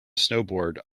snowboard